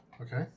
Okay